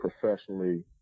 professionally